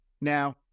Now